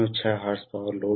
यह ठीक काम कर रहा है